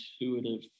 intuitive